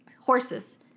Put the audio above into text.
Horses